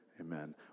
amen